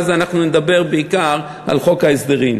ואז נדבר בעיקר על חוק ההסדרים.